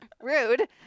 Rude